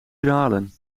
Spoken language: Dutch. dralen